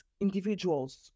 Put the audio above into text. individuals